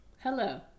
hello